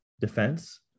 defense